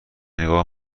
نگاه